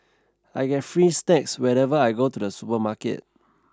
I get free snacks whenever I go to the supermarket